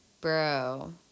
bro